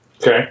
Okay